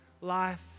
life